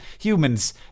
humans